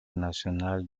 national